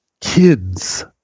Kids